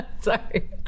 Sorry